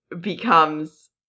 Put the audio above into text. becomes